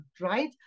right